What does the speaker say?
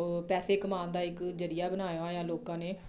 ਉਹ ਪੈਸੇ ਕਮਾਉਣ ਦਾ ਇੱਕ ਜ਼ਰੀਆ ਬਣਾਇਆ ਹੋਇਆ ਲੋਕਾਂ ਨੇ